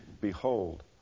Behold